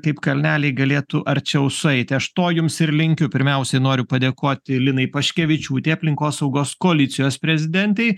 kaip kalneliai galėtų arčiau sueiti aš to jums ir linkiu pirmiausiai noriu padėkoti linai paškevičiūtei aplinkosaugos koalicijos prezidentei